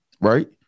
right